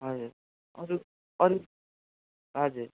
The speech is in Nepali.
हजुर अरू अरू हजुर